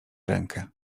rękę